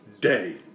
day